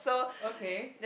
okay